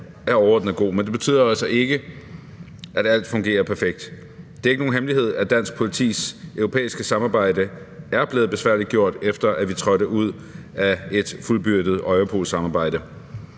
er overordnet god, men det betyder jo altså ikke, at alt fungerer perfekt. Det er ikke nogen hemmelighed, at dansk politis europæiske samarbejde er blevet besværliggjort, efter at vi trådte ud af et fuldbyrdet Europol-samarbejde.